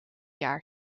jaar